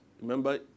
Remember